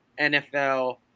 NFL